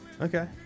Okay